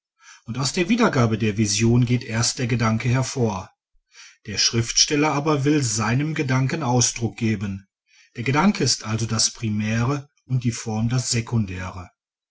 und aus der wiedergabe der vision geht erst der gedanke hervor der schriftsteller aber will seinem gedanken ausdruck geben der gedanke ist also das primäre und die form das sekundäre